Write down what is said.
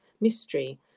mystery